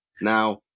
now